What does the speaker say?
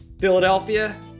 Philadelphia